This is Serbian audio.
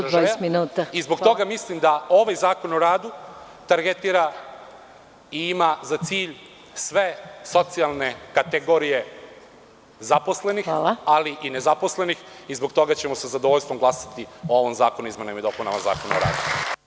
Evo završavam, i zbog toga mislim da ovaj Zakon o radu targetira i ima za cilj sve socijalne kategorije zaposlenih, ali i nezaposlenih i zbog toga ćemo sa zadovoljstvo glasati o ovom zakonu o izmenama i dopunama Zakona o radu.